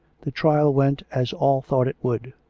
the trial went as all thought it would.